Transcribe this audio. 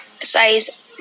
size